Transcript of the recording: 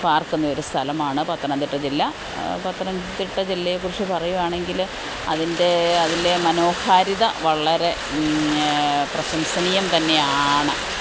പാര്ക്കുന്നയൊരു സ്ഥലമാണ് പത്തനംതിട്ട ജില്ല പത്തനംതിട്ട ജില്ലയെക്കുറിച്ച് പറയുകയാണെങ്കിൽ അതിന്റെ അതിന്റെ മനോഹാരിത വളരെ പ്രശംസനീയം തന്നെയാണ്